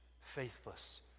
faithless